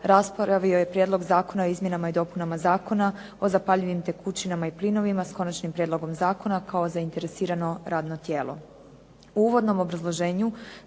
U uvodnom obrazloženju